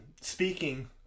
Speaking